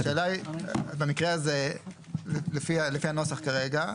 השאלה היא במקרה הזה לפי הנוסח כרגע,